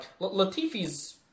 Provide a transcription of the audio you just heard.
Latifi's